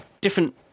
different